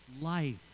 life